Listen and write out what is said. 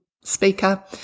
speaker